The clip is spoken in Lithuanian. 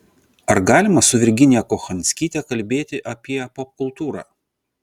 ar galima su virginija kochanskyte kalbėti apie popkultūrą